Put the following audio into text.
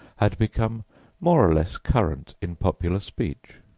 had become more or less current in popular speech.